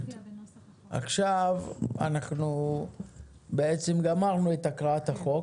סיימנו את הקראת החוק,